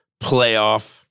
playoff